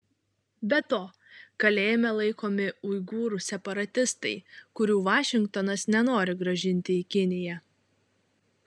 be to kalėjime laikomi uigūrų separatistai kurių vašingtonas nenori grąžinti į kiniją